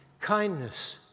kindness